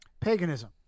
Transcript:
paganism